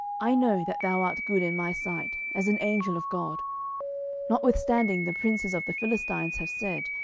i know that thou art good in my sight, as an angel of god notwithstanding the princes of the philistines have said,